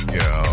go